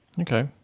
Okay